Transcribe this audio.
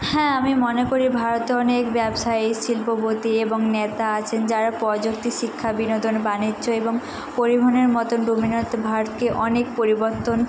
হ্যাঁ আমি মনে করি ভারতে অনেক ব্যবসায়ী শিল্পপতি এবং নেতা আছেন যারা প্রযুক্তি শিক্ষা বিনোদন বাণিজ্য এবং পরিবহনের মতো ডোমেনে অর্থাৎ ভারতকে অনেক পরিবর্তন